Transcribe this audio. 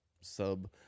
sub